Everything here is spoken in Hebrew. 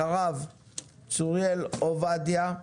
אחריו צוריאל עובדיה,